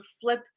flip